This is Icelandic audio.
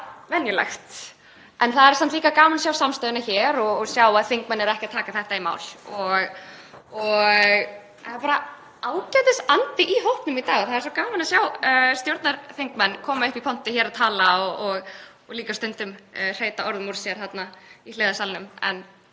En það er samt líka gaman að sjá samstöðuna hér og sjá að þingmenn taka þetta ekki í mál og það er bara ágætisandi í hópnum í dag. Það er svo gaman að sjá stjórnarþingmenn koma upp í pontu hér og tala og líka hreyta stundum orðum úr sér þarna í hliðarsalnum.